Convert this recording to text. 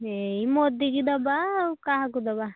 ଏଇ ମୋଦିକି ଦେବା ଆଉ କାହାକୁ ଦେବା